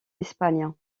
espagne